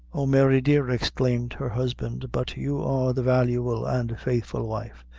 oh, mary dear, exclaimed her husband, but you are the valuable and faithful wife!